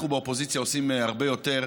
אנחנו באופוזיציה עושים הרבה יותר,